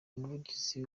ubuvuzi